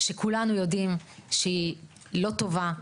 שכולנו יודעים שהיא לא טובה.